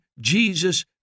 Jesus